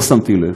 לא שמתי לב,